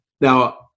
Now